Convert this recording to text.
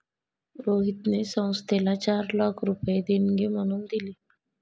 रोहितने संस्थेला चार लाख रुपये देणगी म्हणून दिले